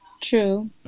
True